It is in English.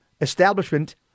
establishment